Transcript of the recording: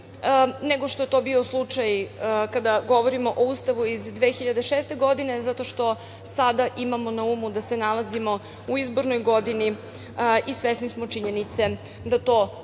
nego što je to bio slučaj kada govorimo o ustavu iz 2006. godine zato što sada imamo na umu da se nalazimo u izbornoj godini i svesni smo činjenice da to